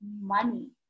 money